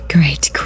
Great